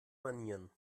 manieren